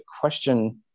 question